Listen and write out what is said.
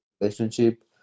relationship